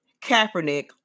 Kaepernick